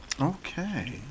okay